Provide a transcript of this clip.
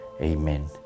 Amen